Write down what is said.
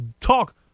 talk